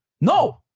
No